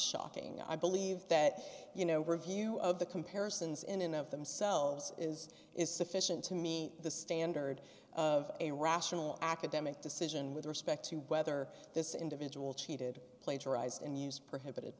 shocking i believe that you know review of the comparisons in and of themselves is is sufficient to me the standard of a rational academic decision with respect to whether this individual cheated plagiarized and used prohibited